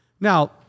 now